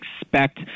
expect